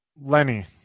Lenny